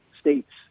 states